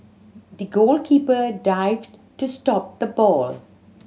the goalkeeper dived to stop the ball